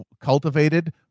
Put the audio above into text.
cultivated